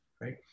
Right